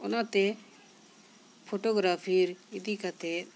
ᱚᱱᱟᱛᱮ ᱯᱷᱚᱴᱳᱜᱨᱟᱯᱤᱨ ᱤᱫᱤ ᱠᱟᱛᱮᱫ